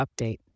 update